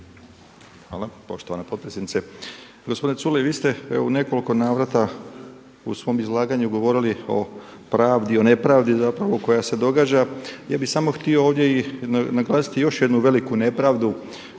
Hvala poštovana potpredsjednice. Gospodine Culej vi ste evo u nekoliko navrata u svom izlaganju govorili o pravdi, o nepravdi zapravo koja se događa, ja bih samo htio ovdje naglasiti još jednu veliku nepravdu